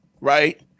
right